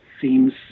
seems